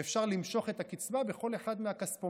ואפשר למשוך את הקצבה בכל אחד מהכספומטים